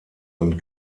und